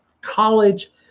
college